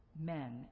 men